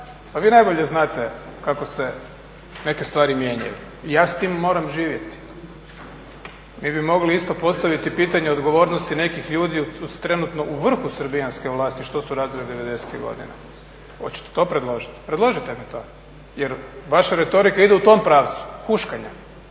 Pa vi najbolje znate kako se neke stvari mijenjaju. Ja s tim moram živjeti. Mi bi isto mogli postaviti pitanje odgovornosti nekih ljudi trenutno u vrhu srbijanske vlasti što su radili devedesetih godina. Hoćete to predložiti? Predložite mi to, jer vaša retorika ide u tom pravcu huškanja.